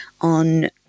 on